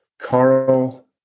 carl